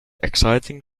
exciting